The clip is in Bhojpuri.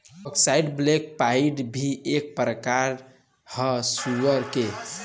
अक्साई ब्लैक पाइड भी एक प्रकार ह सुअर के